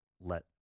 let